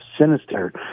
sinister